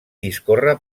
discorre